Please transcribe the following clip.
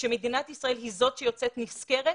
שמדינת ישראל היא את שיוצאת נשכרת